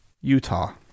Utah